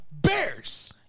Bears